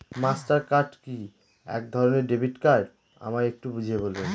Master card কি একধরণের debit card আমায় একটু বুঝিয়ে বলবেন?